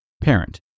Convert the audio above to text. Parent